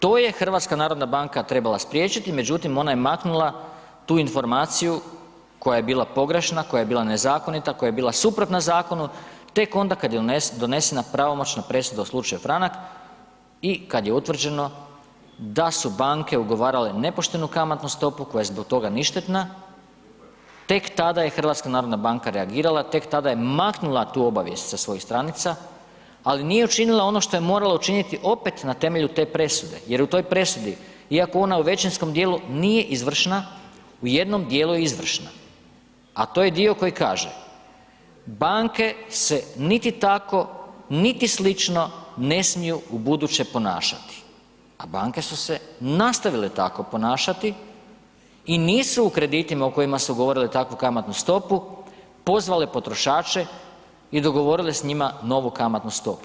To je HNB trebala spriječiti međutim ona je maknula tu informaciju koja je bila pogrešna, koja je bila nezakonita, koja je bila suprotna zakonu tek onda kad je donesena pravomoćna presuda u slučaju franak i kad je utvrđeno da su banke ugovarale nepoštenu kamatnu stopu koja je zbog toga ništetna, tek tada je HNB reagirala tek tada je maknula tu obavijest sa svojih stranica, ali nije učinila ono što je morala učiniti opet na temelju te presude jer u toj presudi iako ona u većinskom dijelu nije izvršna u jednom dijelu je izvršna, a to je dio koji kaže, banke se niti tako, niti slično ne smiju ubuduće ponašati, a banke su se nastavile tako ponašati i nisu u kreditima u kojima su ugovorile takvu kamatnu stopu pozvale potrošače i dogovorile s njima novu kamatnu stopu.